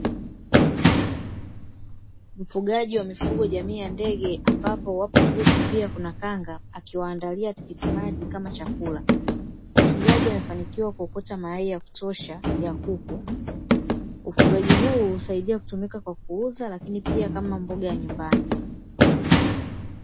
Mfugaji wa mifugo jamii ya ndege, ambapo wapo kuku, pia kuna kanga, akiwaandalia tikiti maji kama chakula. Mfugaji anafanikiwa kuokota mayai ya kutosha ya kuku, ufugaji huu husaidia kutumika kwa kuuza, lakini pia kama mboga ya nyumbani.